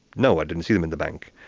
no, i didn't see them in the bank.